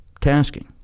tasking